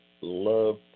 love